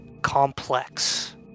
Complex